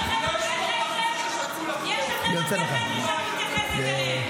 תאמין לי, יש לכם הרבה חבר'ה שאני מתייחסת אליהם.